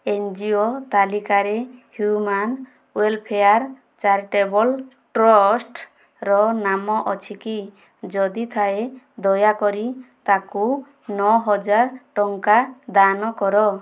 NGO ତାଲିକାରେ human welfare charitable ଟ୍ରଷ୍ଟ୍ର ନାମ ଅଛିକି ଯଦି ଥାଏ ଦୟାକରି ତାକୁ ନଅ ହଜାର ଟଙ୍କା ଦାନ କର